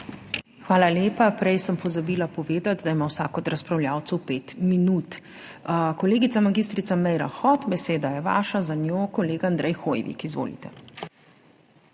Hvala lepa. Prej sem pozabila povedati, da ima vsak od razpravljavcev pet minut. Kolegica mag. Meira Hot, beseda je vaša. Za njo kolega Andrej Hoivik. Izvolite.